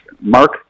Mark